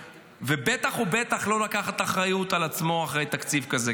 ובטח ובטח לא לקחת אחריות על עצמו אחרי תקציב כזה.